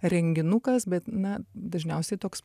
renginukas bet na dažniausiai toks